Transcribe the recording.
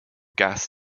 gas